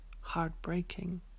heartbreaking